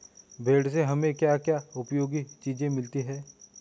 भेड़ से हमें क्या क्या उपयोगी चीजें मिलती हैं?